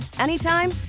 anytime